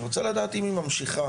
אני רוצה לדעת אם היא ממשיכה,